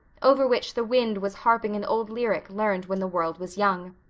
over which the wind was harping an old lyric learned when the world was young.